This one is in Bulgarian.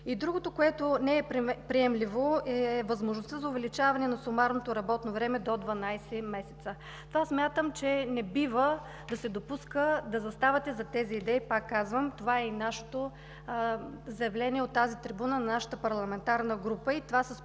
другото, което не е приемливо, е възможността за увеличаване на сумарното работно време до 12 месеца. Смятам, че не бива да се допуска да заставате зад тези идеи, пак казвам, това е и заявлението на нашата парламентарна група от трибуната